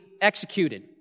executed